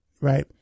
right